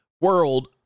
world